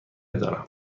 دارم